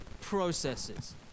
processes